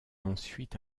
ensuite